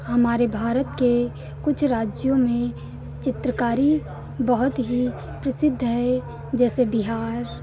हमारे भारत के कुछ राज्यों में चित्रकारी बहुत ही प्रसिद्ध है जैसे बिहार